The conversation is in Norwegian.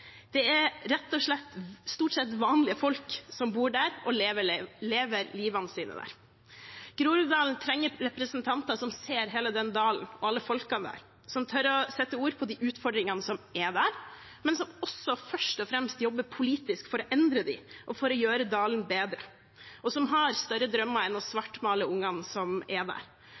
Det er rett og slett stort sett vanlige folk som bor der og lever livet sitt der. Groruddalen trenger representanter som ser hele den dalen og alle folkene der, som tør å sette ord på utfordringene som er der, men som også først og fremst jobber politisk for å endre dem og gjøre dalen bedre, og som har større drømmer enn å svartmale ungene som er der.